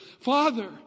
Father